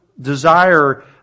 desire